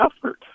effort